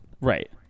right